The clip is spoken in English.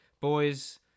boys